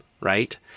right